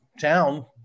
town